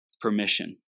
permission